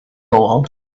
gold